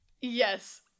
Yes